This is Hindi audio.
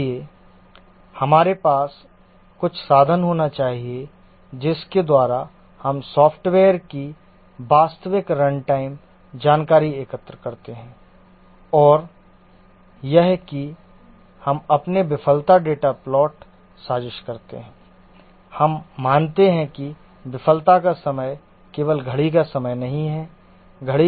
इसलिए हमारे पास कुछ साधन होना चाहिए जिसके द्वारा हम सॉफ्टवेयर की वास्तविक रन टाइम जानकारी एकत्र करते हैं और यह कि हम अपने विफलता डेटा प्लॉट साजिश करते हैं हम मानते हैं कि विफलता का समय केवल घड़ी का समय नहीं है